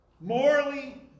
morally